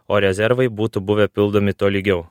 o rezervai būtų buvę pildomi tolygiau